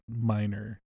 minor